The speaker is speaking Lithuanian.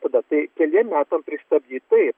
tada tai keliem metam pristabdyt taip